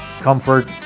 comfort